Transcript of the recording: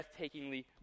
breathtakingly